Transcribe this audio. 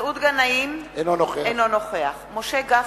מסעוד גנאים, אינו נוכח משה גפני,